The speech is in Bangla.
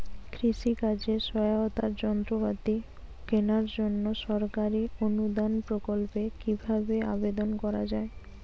কৃষি কাজে সহায়তার যন্ত্রপাতি কেনার জন্য সরকারি অনুদান প্রকল্পে কীভাবে আবেদন করা য়ায়?